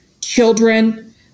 children